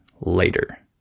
later